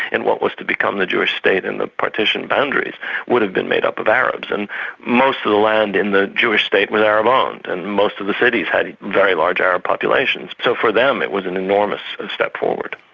in what was to become the jewish state and the partition boundaries would have been made up of arabs, and most of the land in the jewish state was arab-owned, and most of the cities had very large arab populations. so for them it was an enormous step forward.